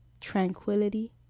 tranquility